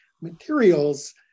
materials